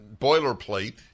boilerplate